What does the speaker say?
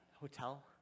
hotel